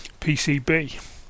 PCB